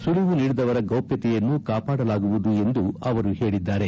ಸುಳವು ನೀಡಿದವರ ಗೌಷ್ಣತೆಯನ್ನು ಕಾಪಾಡಲಾಗುವುದು ಎಂದು ಅವರು ಹೇಳಿದ್ದಾರೆ